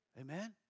Amen